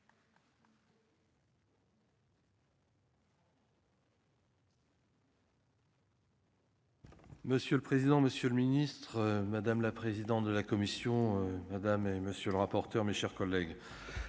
Monsieur le président, monsieur le ministre, madame la présidente de la commission madame et monsieur le rapporteur, mes chers collègues,